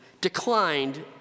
declined